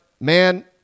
man